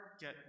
get